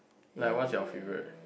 like what is your favourite